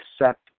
accept